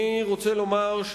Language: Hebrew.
אני רוצה לומר,